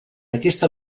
aquesta